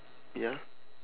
ya